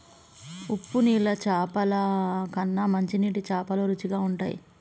ఉప్పు నీళ్ల చాపల కన్నా మంచి నీటి చాపలు రుచిగ ఉంటయ్